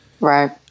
Right